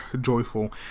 joyful